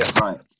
Right